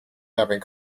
having